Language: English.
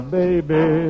baby